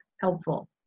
helpful